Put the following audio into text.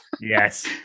yes